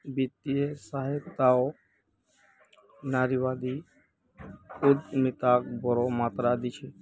वित्तीय सहायताओ नारीवादी उद्यमिताक बोरो मात्रात दी छेक